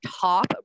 top